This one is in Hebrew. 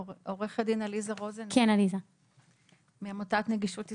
עורכת דין עליזה רוזנס מעמותת נגישות ישראל.